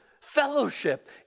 fellowship